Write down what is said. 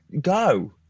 go